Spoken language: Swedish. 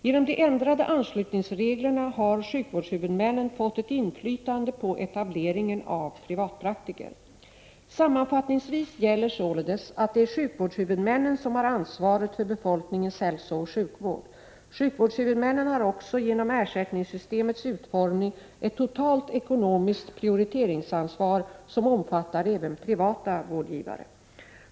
Genom de ändrade anslutningsreglerna har sjukvårdshuvudmännen fått ett inflytande på etableringen av privatpraktiker. Sammanfattningsvis gäller således att det är sjukvårdshuvudmännen som har ansvaret för befolkningens hälsooch sjukvård. Sjukvårdshuvudmännen har också genom ersättningssystemets utformning ett totalt ekonomiskt prioriteringsansvar som omfattar även privata vårdgivare.